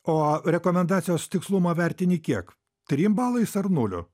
o rekomendacijos tikslumą vertini kiek trim balais ar nuliu